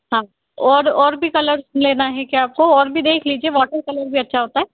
हाँ और और भी कलर्स लेना है क्या आपको और भी देख लीजिए वॉटर कलर भी अच्छा होता है